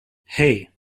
hey